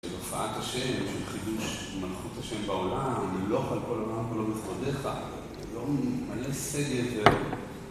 בהופעת השם, חידוש מלכות השם בעולם, מלוך על כל העולם כולו בכבודך, מלוא... מלא שגב, ו...